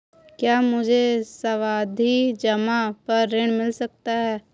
क्या मुझे सावधि जमा पर ऋण मिल सकता है?